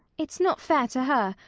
it's not fair to her.